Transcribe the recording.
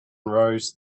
rose